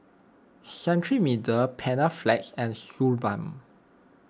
Cetrimide Panaflex and Suu Balm